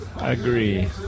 agree